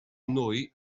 nwy